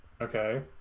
Okay